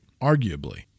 arguably